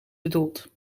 bedoelt